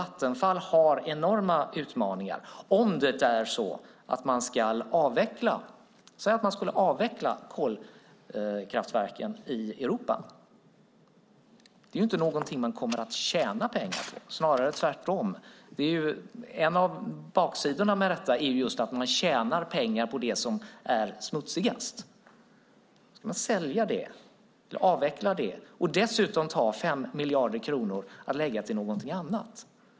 Vattenfall har enorma utmaningar om det är så att man till exempel ska avveckla kolkraftverken i Europa. Det är ju inget man kommer att tjäna pengar på. Det är snarare tvärtom. En av baksidorna med detta är just att man tjänar pengar på det som är smutsigast. Så ska man sälja det eller avveckla det och dessutom ta 5 miljarder att lägga på något annat.